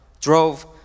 drove